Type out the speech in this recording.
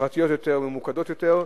פרטיות יותר, ממוקדות יותר.